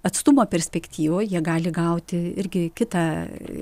atstumo perspektyvoj jie gali gauti irgi kitą